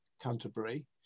Canterbury